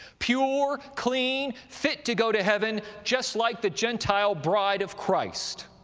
pure, clean, fit to go to heaven just like the gentile bride of christ.